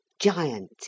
giant